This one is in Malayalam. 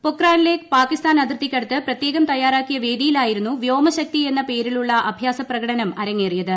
പൊക്രാനിലെ പാകിസ്ഥാൻ അതിർത്തിക്കടുത്ത് പ്രത്യേകം തയ്യാറാക്കിയ വേദിയിലായിരുന്നു വ്യോമശക്തി എന്ന പേരിലുള്ള അഭ്യാസപ്രകടനം അരങ്ങേറിയത്